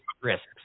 risks